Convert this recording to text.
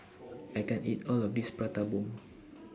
I can't eat All of This Prata Bomb